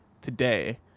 today